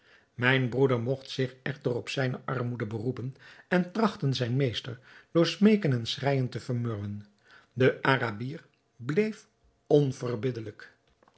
mijn broeder mogt zich echter op zijne armoede beroepen en trachten zijn meester door smeeken en schreijen te vermurwen de arabier bleef onverbiddelijk